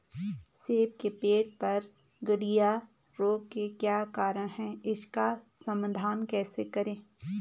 सेब के पेड़ पर गढ़िया रोग के क्या कारण हैं इसका समाधान कैसे करें?